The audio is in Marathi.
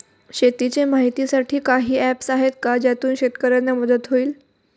शेतीचे माहितीसाठी काही ऍप्स आहेत का ज्यातून शेतकऱ्यांना मदत होईल?